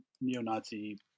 neo-Nazi